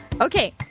Okay